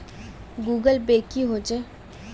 Google Pay की होचे?